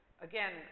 Again